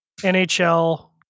NHL